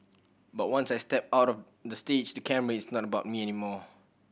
but once I step out of the stage the camera it's not about me anymore